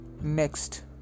Next